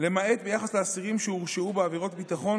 למעט ביחס לאסירים שהורשעו בעבירות ביטחון,